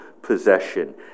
possession